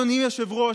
אדוני היושב-ראש,